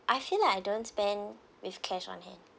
I feel like I don't spend with cash on hand